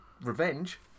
revenge